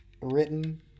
written